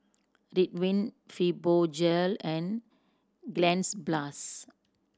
Ridwind Fibogel and Cleanz Plus